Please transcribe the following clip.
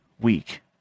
week